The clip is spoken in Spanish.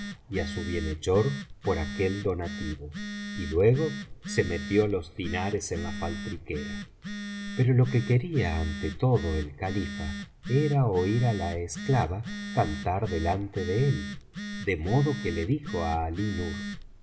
á su bienhechor por aquel donativo y luego se metió los dinares en la faltriquera pero lo que quería ante todo el califa era oir á la esclava cantar delante de él de modo que le dijo á